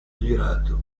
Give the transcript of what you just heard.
girato